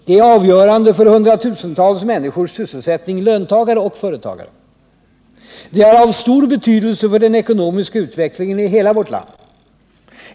Det är avgörande för hundratusentals människors sysselsättning — löntagare och företagare. Det är av stor betydelse för den ekonomiska utvecklingen i hela vårt land.